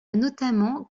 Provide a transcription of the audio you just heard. notamment